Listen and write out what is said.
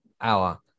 hour